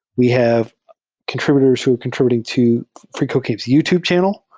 we have contr ibutors who are contr ibuting to freecodecamp's youtube channel.